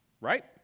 right